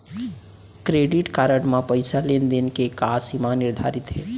Credit card म पइसा लेन देन के का सीमा निर्धारित हे?